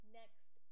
next